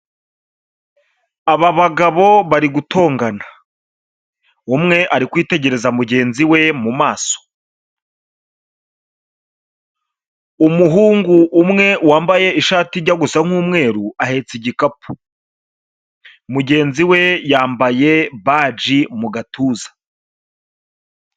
Aba bagabo bari gutongana, umwe ari kwitegeraza mugenzi we mu maso, umuhungu umwe wambaye ishati ijya gusa nk'umweru ahetse igikapu, mugenzi we yambaye baji mu gatuza.